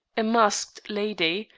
a masked lady,